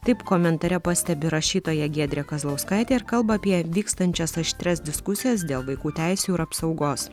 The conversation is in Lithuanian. taip komentare pastebi rašytoja giedrė kazlauskaitė ir kalba apie vykstančias aštrias diskusijas dėl vaikų teisių ir apsaugos